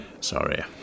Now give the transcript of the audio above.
Sorry